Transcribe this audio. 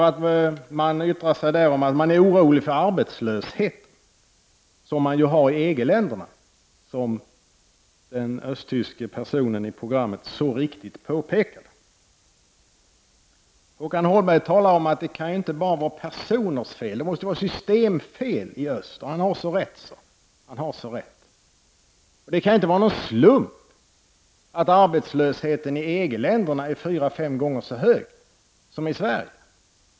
De sade att de var oroliga för den arbetslöshet som man ju har i EG-länderna, vilket den östtyske personen i programmet så riktigt påpekade. Håkan Holmberg talar om att det inte kan vara bara personers fel. Det måste ju vara systemfel i öst; och han har så rätt så. Det kan inte heller vara en slump att arbetslösheten i EG-länderna är fyra till fem gånger så hög som den är i Sverige.